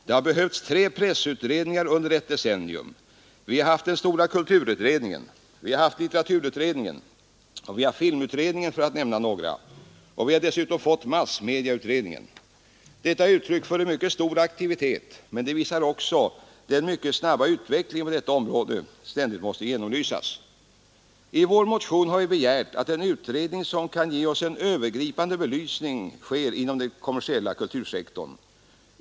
Det har behövts tre pressutredningar under ett decennium, vi har haft den stora kulturutredningen, vi har haft litteraturutredningen och vi har filmutredningen, för att nämna några. Vi har dessutom fått massmedieutredningen. Detta är uttryck för en mycket stor aktivitet, men det visar också att den mycket snabba utvecklingen på detta område ständigt måste genomlysas. I den motion som jag inledningsvis nämnde har vi begärt att en utredning som kan ge oss en övergripande belysning sker inom den kommersiella kultursektorn.